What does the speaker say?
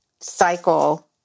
cycle